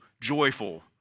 joyful